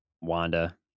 Wanda